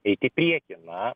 eit į priekį na